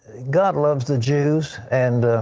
god loves the jews. and